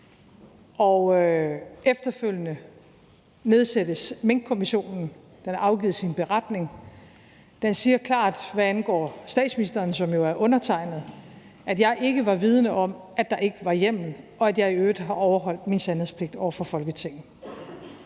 Og efterfølgende blev Minkkommissionen nedsat; den har afgivet sin beretning; den siger klart, hvad angår statsministeren, som jo er undertegnede, at jeg ikke var vidende om, at der ikke var hjemmel, og at jeg i øvrigt har overholdt min sandhedspligt over for Folketinget.